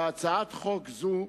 בהצעת חוק זו,